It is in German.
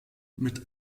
mit